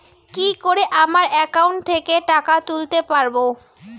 কি করে আমার একাউন্ট থেকে টাকা তুলতে পারব?